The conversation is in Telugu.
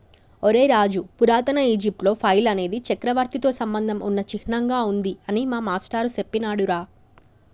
ఒరై రాజు పురాతన ఈజిప్టులో ఫైల్ అనేది చక్రవర్తితో సంబంధం ఉన్న చిహ్నంగా ఉంది అని మా మాష్టారు సెప్పినాడురా